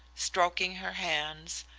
stroking her hands,